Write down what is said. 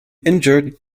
injured